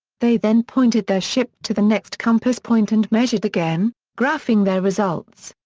they then pointed their ship to the next compass point and measured again, graphing their results.